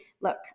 look